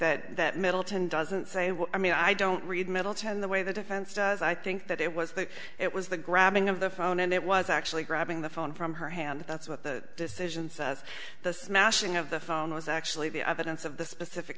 that that middleton doesn't say what i mean i don't read middleton the way the defense does i think that it was that it was the grabbing of the phone and it was actually grabbing the phone from her hand that's what the decision says the smashing of the phone was actually the of events of the specific